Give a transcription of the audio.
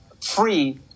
free